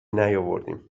نیاوردیم